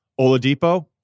Oladipo